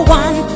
one